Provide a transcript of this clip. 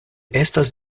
estas